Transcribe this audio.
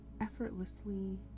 effortlessly